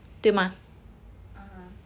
(uh huh)